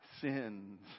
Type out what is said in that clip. sins